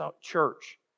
church